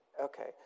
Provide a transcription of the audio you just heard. Okay